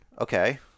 Okay